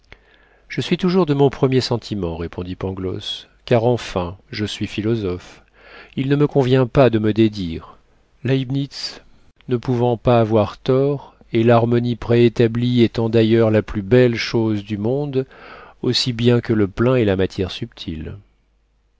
je suis toujours de mon premier sentiment répondit pangloss car enfin je suis philosophe il ne me convient pas de me dédire leibnitz ne pouvant pas avoir tort et l'harmonie préétablie étant d'ailleurs la plus belle chose du monde aussi bien que le plein et la matière subtile